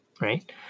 right